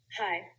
Hi